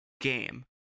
game